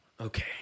Okay